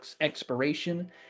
expiration